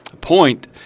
point